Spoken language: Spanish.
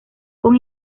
con